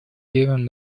given